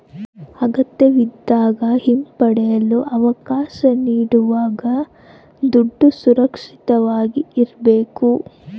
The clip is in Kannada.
ಅಗತ್ಯವಿದ್ದಾಗ ಹಿಂಪಡೆಯಲು ಅವಕಾಶ ನೀಡುವಾಗ ದುಡ್ಡು ಸುರಕ್ಷಿತವಾಗಿ ಇರ್ಬೇಕು